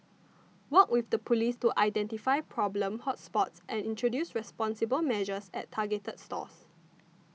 work with the Police to identify problem hot spots and introduce responsible measures at targeted stores